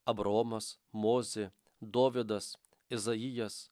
abraomas mozė dovydas izaijas